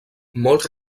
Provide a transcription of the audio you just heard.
molts